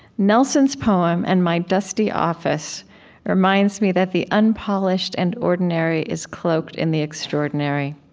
nelson's poem and my dusty office reminds me that the unpolished and ordinary is cloaked in the extraordinary.